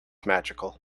magical